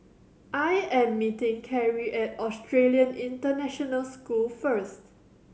I am meeting Karrie at Australian International School first